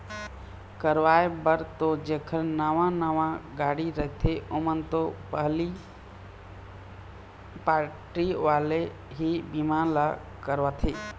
करवाय बर तो जेखर नवा नवा गाड़ी रथे ओमन तो पहिली पारटी वाले ही बीमा ल करवाथे